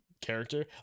character